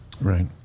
Right